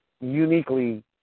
uniquely